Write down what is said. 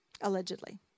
allegedly